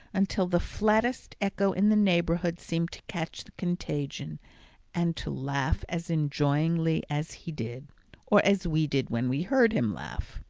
until the flattest echo in the neighbourhood seemed to catch the contagion and to laugh as enjoyingly as he did or as we did when we heard him laugh.